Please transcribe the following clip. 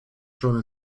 schon